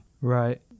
Right